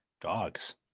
Dogs